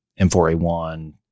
M4A1